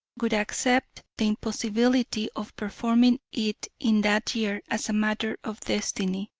would accept the impossibility of performing it in that year as a matter of destiny,